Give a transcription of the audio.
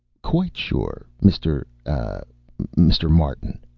quite sure, mr ah mr. martin.